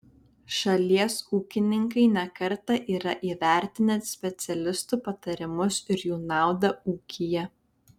šalies ūkininkai ne kartą yra įvertinę specialistų patarimus ir jų naudą ūkyje